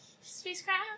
spacecraft